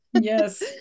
Yes